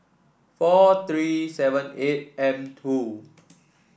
four three seven eight M two